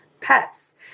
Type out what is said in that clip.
pets